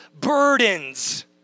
burdens